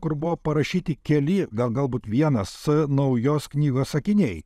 kur buvo parašyti keli gal galbūt vienas naujos knygos sakiniai